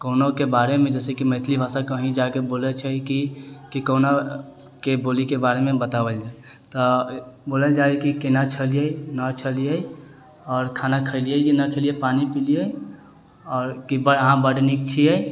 कोनोके बारेमे जैसेकि मैथिली भाषा कहीँ जाकऽ बोले छै कि कोनाके बोलीके बारेमे बताएल जाइ तऽ बोलल जाइ हइ कि कोना छलिए नहि छलिए आओर खाना खेलिए कि नहि खेलिए पानी पिलिए आओर कि अहाँ बड नीक छिए